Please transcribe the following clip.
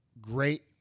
Great